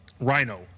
Rhino